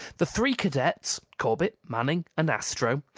the three cadets, corbett, manning, and astro,